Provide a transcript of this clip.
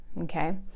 okay